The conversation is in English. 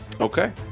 Okay